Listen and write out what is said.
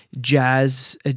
jazz